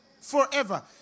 Forever